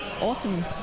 awesome